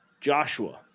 Joshua